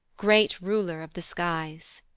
great ruler of the skies!